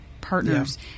partners